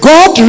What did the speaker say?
God